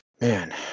man